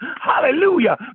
Hallelujah